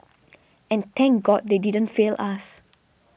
and thank God they didn't fail us